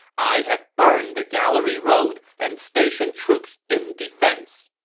i have burned the gallery road and stationed troops in defense.